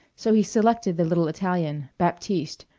so he selected the little italian, baptiste,